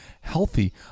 healthy